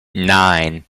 nine